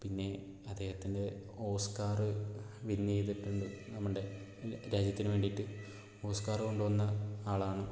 പിന്നെ അദ്ദേഹത്തിൻ്റെ Oscar win ചെയ്തിട്ടുണ്ട് നമ്മുടെ രാജ്യത്തിന് വേണ്ടിയിട്ട് ഓസ്കാർ കൊണ്ടുവന്ന ആളാണ്